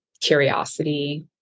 curiosity